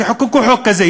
תחוקקו חוק כזה.